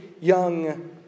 young